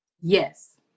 Yes